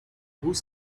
whose